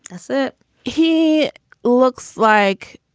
that's it he looks like,